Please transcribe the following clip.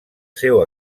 seu